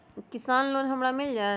किसान लोन हमरा मिल जायत?